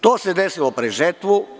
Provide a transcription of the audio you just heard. To se desilo pred žetvu.